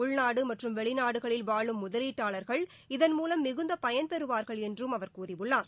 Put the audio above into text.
உள்நாடு மற்றும் வெளிநாடுகளில் வாழும் முதலீட்டாளா்கள் இதன்மூலம் மிகுந்த பயன்பெறுவாா்கள் என்றும் அவர் கூறியுள்ளார்